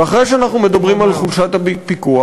ואחרי שאנחנו מדברים על חולשת הפיקוח